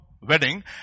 wedding